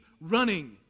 running